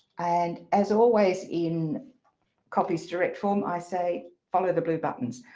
and as always in copies direct form, i say follow the blue buttons.